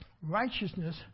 Righteousness